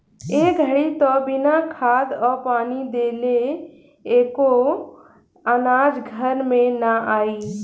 ए घड़ी त बिना खाद आ पानी देले एको अनाज घर में ना आई